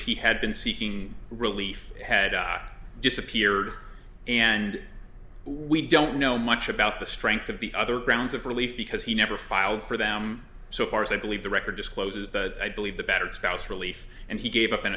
which he had been seeking relief had disappeared and we don't know much about the strength of the other grounds of relief because he never filed for them so far as i believe the record discloses that i believe the better spouse relief and he gave up an